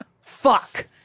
Fuck